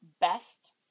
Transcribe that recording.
best